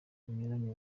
zinyuranye